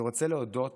אני רוצה להודות